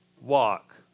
walk